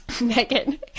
Megan